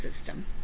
system